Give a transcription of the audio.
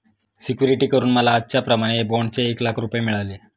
security करून मला आजच्याप्रमाणे बाँडचे एक लाख रुपये मिळाले